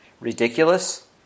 ridiculous